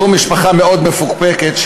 זו משפחה מאוד מפוקפקת,